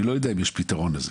אני לא יודע אם יש פתרון לזה.